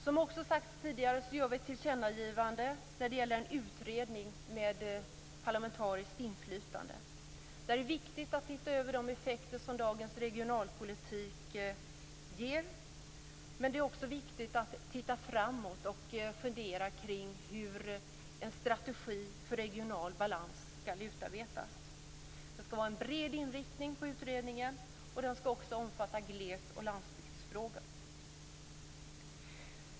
Som också har sagts tidigare görs det ett tillkännagivande om en utredning med ett parlamentariskt inflytande. Det är viktigt att se över de effekter som dagens regionalpolitik ger. Det är också viktigt att titta framåt och fundera kring hur en strategi för regional balans skall utarbetas. Det skall vara en bred inriktning på utredningen. Den skall också omfatta gles och landsbygdsfrågor.